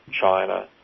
china